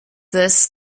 this